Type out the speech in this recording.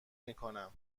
میکنم